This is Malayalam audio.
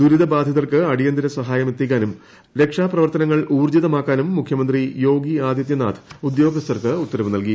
ദുരിത ബാധിതർക്ക് അടിയന്തിര സഹായം എത്തിക്കാനും രക്ഷാപ്രവർത്തനങ്ങൾ ഊർജ്ജിതമാക്കാനും മുഖ്യമന്ത്രി യോഗി ആദിത്യനാഥ് ഉദ്യോഗസ്ഥർക്ക് ഉത്തരവ് നൽകി